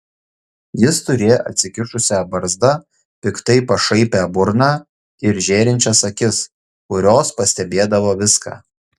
jis turėjo atsikišusią barzdą piktai pašaipią burną ir žėrinčias akis kurios pastebėdavo viską